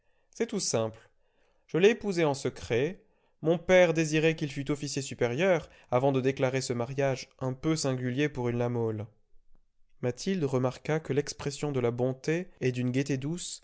c'est tout simple je l'ai épousé en secret mon père désirait qu'il fût officier supérieur avant de déclarer ce mariage un peu singulier pour une la mole mathilde remarqua que l'expression de la bonté et d'une gaieté douce